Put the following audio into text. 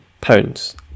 pounds